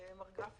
חבר הכנסת גפני,